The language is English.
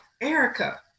erica